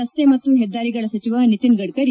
ರಸ್ತೆ ಮತ್ತು ಹೆದ್ದಾರಿಗಳ ಸಚಿವ ನಿತಿನ್ ಗಡ್ಡರಿ